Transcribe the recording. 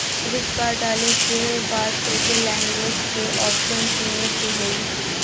debit card डाले के बाद तोके लैंग्वेज क ऑप्शन चुनना होई